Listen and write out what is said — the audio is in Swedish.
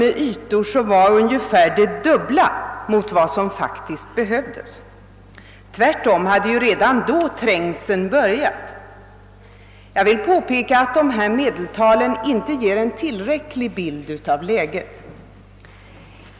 med ytor som var det dubbla mot vad som faktiskt behövdes. Tvärtom hade trängseln börjat redan då. Jag vill också peka på att dessa medeltal inte ger en rättvisande bild av läget.